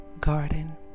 garden